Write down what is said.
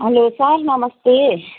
hello sir नमस्ते